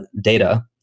data